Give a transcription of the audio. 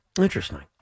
Interesting